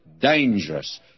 dangerous